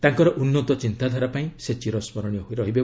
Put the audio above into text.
ତାଙ୍କର ଉନ୍ନତ ଚିନ୍ତାଧାରା ପାଇଁ ସେ ଚିରସ୍କରଣୀୟ ହୋଇ ରହିବେ